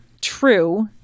true